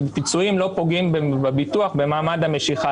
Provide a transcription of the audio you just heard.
שפיצויים לא פוגעים בביטוח במעמד המשיכה,